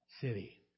city